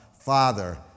Father